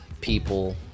people